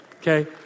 Okay